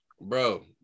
bro